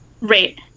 Right